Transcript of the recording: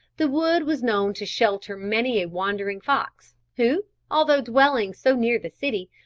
the wood was known to shelter many a wandering fox, who, although dwelling so near the city,